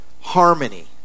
harmony